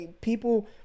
people